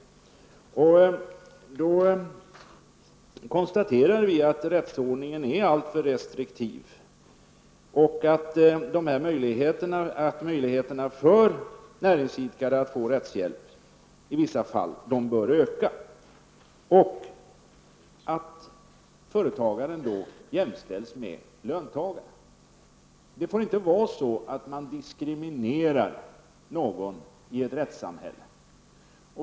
Rättsordningen är alltför restriktiv. Möjligheterna för näringsidkare att få rättshjälp bör i vissa fall öka. Företagaren skall då jämställas med löntagare. Ingen skall få diskrimineras i ett rättssamhälle.